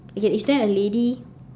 okay is there a lady